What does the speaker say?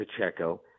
Pacheco